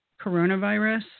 coronavirus